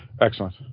Excellent